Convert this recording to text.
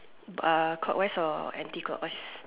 uh clockwise or anti clockwise